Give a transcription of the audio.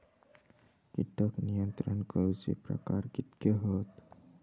कीटक नियंत्रण करूचे प्रकार कितके हत?